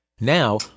Now